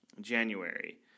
January